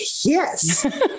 yes